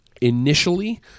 initially